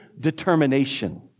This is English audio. determination